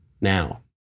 now